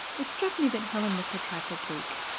it struck me that helen looked a trifle bleak,